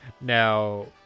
Now